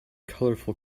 colorful